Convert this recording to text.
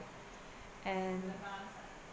and